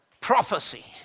prophecy